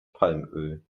palmöl